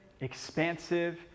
expansive